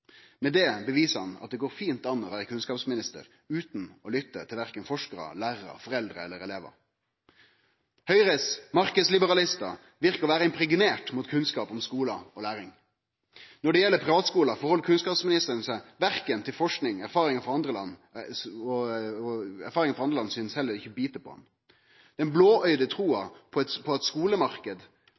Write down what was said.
Med det beviser han at det går fint an å vere kunnskapsminister utan å lytte til verken forskarar, lærarar, foreldre eller elevar. Høgre sine marknadsliberalistar ser ut til å vere impregnerte mot kunnskap om skular og læring. Når det gjeld privatskular, lyttar ikkje kunnskapsministeren til forsking, og erfaringar frå andre land synest heller ikkje å bite på han. Den blåøygde trua på at